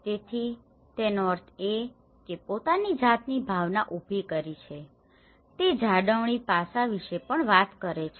તેથી તેનો અર્થ એ કે પોતાની જાતની ભાવના ઊભી કરી છે તે જાળવણી પાસા વિશે પણ વાત કરે છે